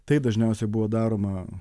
tai dažniausiai buvo daroma